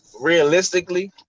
Realistically